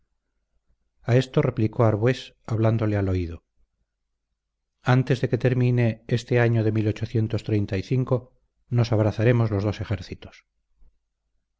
a esto replicó arbués hablándole al oído antes de que termine este año de nos abrazaremos los dos ejércitos